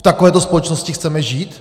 V takovéto společnosti chceme žít?